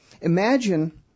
imagine